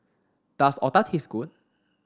does otah taste good